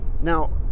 Now